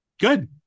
good